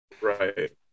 right